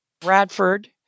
Bradford